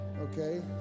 okay